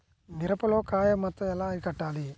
మిరపలో కాయ మచ్చ ఎలా అరికట్టాలి?